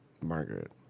Margaret